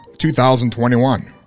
2021